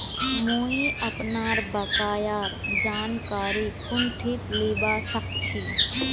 मुई अपनार बकायार जानकारी कुंठित लिबा सखछी